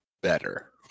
better